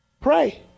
Pray